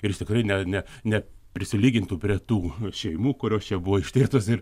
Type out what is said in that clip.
ir jis tikrai ne ne ne prisilygintų prie tų šeimų kurios čia buvo ištirtos ir